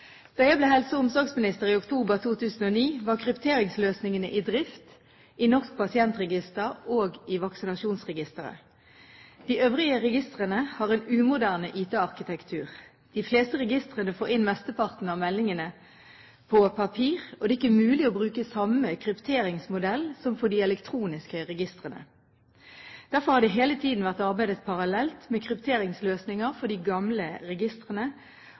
jeg ble helse- og omsorgsminister i oktober 2009, var krypteringsløsningene i drift i Norsk pasientregister og i vaksinasjonsregisteret. De øvrige registrene har en umoderne IT-arkitektur. De fleste registrene får inn mesteparten av meldingene på papir, og det er ikke mulig å bruke samme krypteringsmodell som for de elektroniske registrene. Derfor har det hele tiden vært arbeidet parallelt med krypteringsløsninger for de gamle registrene,